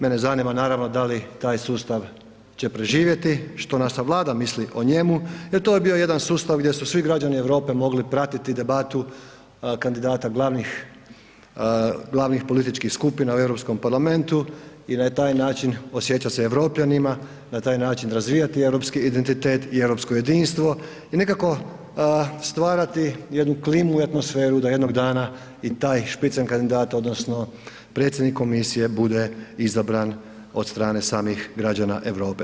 Mene zanima naravno da li će taj sustav preživjeti, što naša Vlada misli o njemu, jer to je bio jedan sustav gdje su svi građani Europe mogli pratiti debatu kandidata glavnih, glavnih političkih skupina u Europskom parlamentu i na taj način osjećat se Europljanima, na taj način razvijati europski identitet i europsko jedinstvo i nekako stvarati jednu klimu i atmosferu da jednog dana i taj spitzen kandidat odnosno predsjednik komisije bude izabran od strane samih građana Europe.